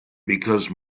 because